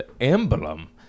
emblem